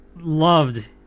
loved